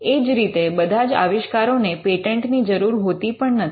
એ જ રીતે બધા જ આવિષ્કારો ને પેટન્ટની જરૂર હોતી પણ નથી